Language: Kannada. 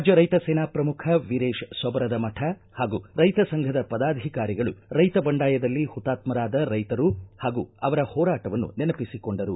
ರಾಜ್ಯ ರೈತ ಸೇನಾ ಪ್ರಮುಖ ವೀರೇಶ ಸೊಬರದಮಠ ಹಾಗೂ ರೈತ ಸಂಘದ ಪದಾಧಿಕಾರಿಗಳು ರೈತ ಬಂಡಾಯದಲ್ಲಿ ಹುತಾತ್ಗರಾದ ರೈತರು ಹಾಗೂ ಅವರ ಹೋರಾಟವನ್ನು ನೆನಪಿಸಿಕೊಂಡರು